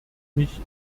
mich